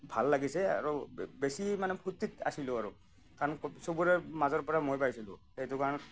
ভাল লাগিছে আৰু বেছি মানে ফূৰ্তিত আছিলোঁ আৰু কাৰণ সবৰে মাজৰ পৰা মই পাইছিলোঁ সেইটো কাৰণত